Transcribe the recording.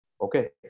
Okay